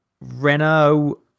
Renault